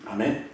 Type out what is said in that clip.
Amen